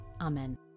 Amen